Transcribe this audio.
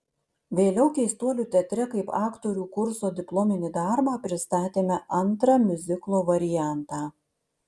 vėliau keistuolių teatre kaip aktorių kurso diplominį darbą pristatėme antrą miuziklo variantą